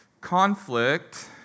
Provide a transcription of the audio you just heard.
Conflict